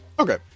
Okay